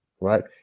Right